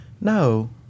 no